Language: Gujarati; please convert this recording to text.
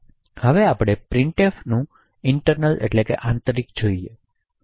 હવે આપણે પ્રિંટએફ નું આંતરિક જોઇયે